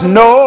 no